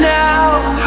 now